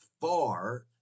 far